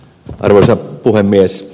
arvoisa puhemies